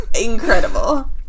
Incredible